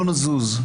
לא נזוז.